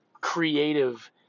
creative